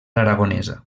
aragonesa